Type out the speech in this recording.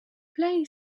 play